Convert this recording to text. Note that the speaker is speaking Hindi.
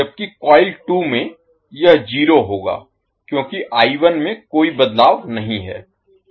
जबकि कॉइल 2 में यह जीरो होगा क्योंकि I1 में कोई बदलाव नहीं है